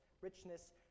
richness